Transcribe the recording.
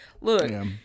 Look